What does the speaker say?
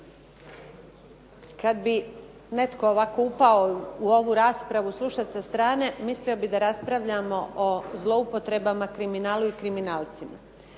Kad bi netko ovako upao u ovu raspravu slušati sa strane mislio bi da raspravljamo o zloupotrebama, kriminalu i kriminalcima.